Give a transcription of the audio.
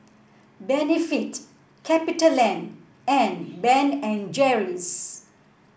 Benefit Capitaland and Ben and Jerry's